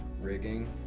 rigging